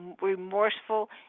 remorseful